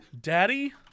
Daddy